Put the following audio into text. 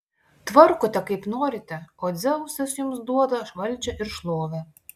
tvarkote kaip norite o dzeusas jums duoda valdžią ir šlovę